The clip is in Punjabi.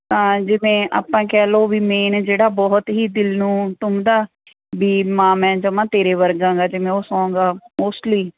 ਤਾਂ ਜਿਵੇਂ ਆਪਾਂ ਕਹਿ ਲਓ ਵੀ ਮੇਨ ਜਿਹੜਾ ਬਹੁਤ ਹੀ ਦਿਲ ਨੂੰ ਟੁੰਬਦਾ ਵੀ ਮਾਂ ਮੈਂ ਜਮਾਂ ਤੇਰੇ ਵਰਗਾ ਗਾ ਅਤੇ ਮੈਂ ਉਹ ਸੌਂਗ ਮੋਸਟਲੀ